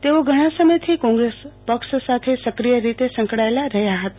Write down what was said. તેઓ ઘણા સમયથી કોંગ્રેસ પક્ષ સાથે સક્રિય રીતે સંકળાયેલા રહ્યા હતા